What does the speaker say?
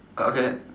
uh okay